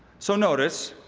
so notice,